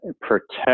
protect